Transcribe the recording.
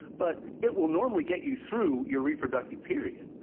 but it will normally get you through your reproductive period.